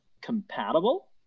compatible